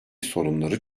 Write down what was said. sorunları